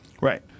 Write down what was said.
Right